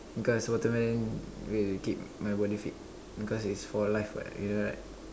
because watermelon will keep my body fit because it's for life what you know right